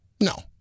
No